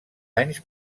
anys